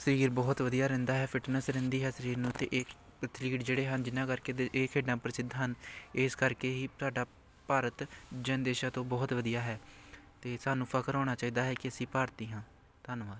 ਸਰੀਰ ਬਹੁਤ ਵਧੀਆ ਰਹਿੰਦਾ ਹੈ ਫਿਟਨੈਸ ਰਹਿੰਦੀ ਹੈ ਸਰੀਰ ਨੂੰ ਅਤੇ ਇਹ ਅਥਲੀਟ ਜਿਹੜੇ ਹਨ ਜਿਨ੍ਹਾਂ ਕਰਕੇ ਦ ਇਹ ਖੇਡਾਂ ਪ੍ਰਸਿੱਧ ਹਨ ਇਸ ਕਰਕੇ ਹੀ ਸਾਡਾ ਭਾਰਤ ਜਨ ਦੇਸ਼ਾਂ ਤੋਂ ਬਹੁਤ ਵਧੀਆ ਹੈ ਅਤੇ ਸਾਨੂੰ ਫਕਰ ਹੋਣਾ ਚਾਹੀਦਾ ਹੈ ਕਿ ਅਸੀਂ ਭਾਰਤੀ ਹਾਂ ਧੰਨਵਾਦ